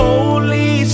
Holy